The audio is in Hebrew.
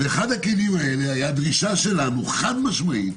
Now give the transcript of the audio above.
אחד מהם היתה דרישה שלנו חד משמעית